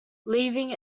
leaving